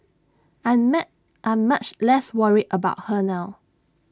I'm ma I'm much less worried about her now